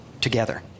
together